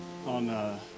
On